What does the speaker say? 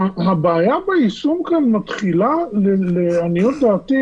הבעיה ביישום כאן מתחילה לעניות דעתי